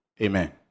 Amen